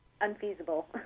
unfeasible